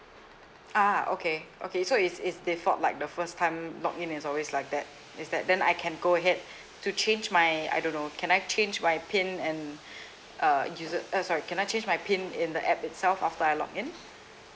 ah okay okay so is is default like the first time log in as always like that instead then I can go ahead to change my I don't know can I change my PIN and uh user uh sorry can I change my PIN in the app itself after I log in